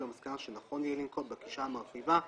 למסקנה שנכון יהיה לנקוט בגישה המרחיבה.